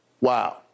wow